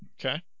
Okay